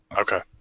Okay